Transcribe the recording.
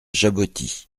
jaboti